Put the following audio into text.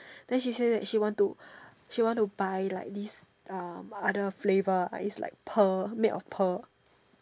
then she say that she want to she want to buy like this uh other flavour like this like pearl made of pearl